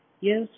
yes